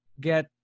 get